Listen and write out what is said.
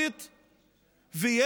אתה,